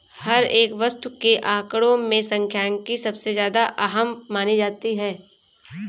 हर एक वस्तु के आंकडों में सांख्यिकी सबसे ज्यादा अहम मानी जाती है